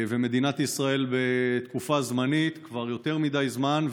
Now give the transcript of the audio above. ומדינת ישראל בתקופה זמנית כבר יותר מדי זמן,